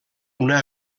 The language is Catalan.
una